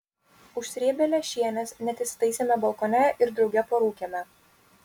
užsrėbę lęšienės net įsitaisėme balkone ir drauge parūkėme